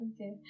okay